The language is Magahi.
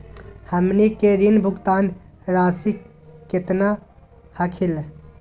हमनी के ऋण भुगतान रासी केतना हखिन?